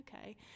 okay